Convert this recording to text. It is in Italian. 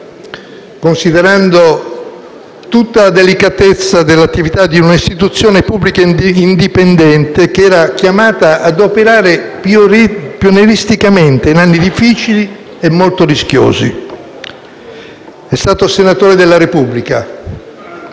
considerando tutta la delicatezza dell'attività di una istituzione pubblica indipendente che era chiamata a operare pionieristicamente in anni difficili e molto rischiosi. È stato senatore della Repubblica